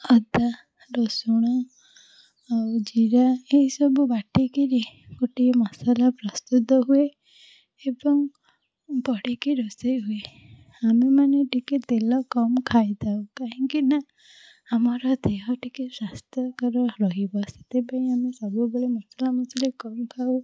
ଅଦା ରସୁଣ ଆଉ ଜିରା ଏହିସବୁ ବାଟିକରି ଗୋଟିଏ ମସଲା ପ୍ରସ୍ତୁତ ହୁଏ ଏବଂ ପଡ଼ିକି ରୋଷେଇ ହୁଏ ଆମେମାନେ ଟିକିଏ ତେଲ କମ୍ ଖାଇଥାଉ କାହିଁକିନା ଆମର ଦେହ ଟିକିଏ ସ୍ୱାସ୍ଥ୍ୟକର ରହିବ ସେଥିପାଇଁ ଆମେ ସବୁବେଳେ ମସଲାମସଲି କମ୍ ଖାଉ